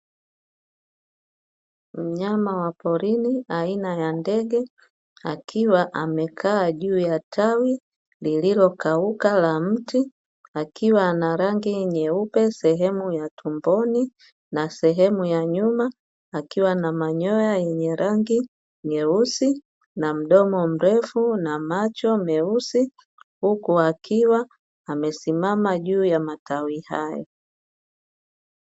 Mnyama wa porini aina ya ndege akiwa amekaa juu ya tawi lililokauka la mti, akiwa ana rangi nyeupe sehemu ya tumboni na sehemu ya nyuma, akiwa na manyoya yenye rangi nyeusi na mdomo mrefu na macho meusi, huku akiwa amesimama juu ya matawi hayo.